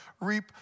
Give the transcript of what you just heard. reap